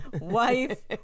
wife